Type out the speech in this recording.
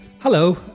Hello